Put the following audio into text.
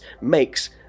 makes